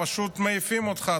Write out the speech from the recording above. פשוט מעיפים אותך.